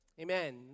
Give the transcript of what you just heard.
Amen